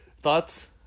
Thoughts